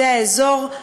זה האזור,